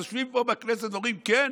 אז יושבים פה בכנסת ואומרים: כן,